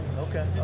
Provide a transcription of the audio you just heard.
Okay